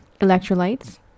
electrolytes